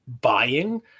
buying